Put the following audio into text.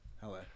Hello